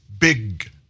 big